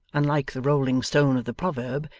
unlike the rolling stone of the proverb,